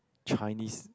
Chinese